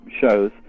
shows